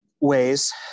ways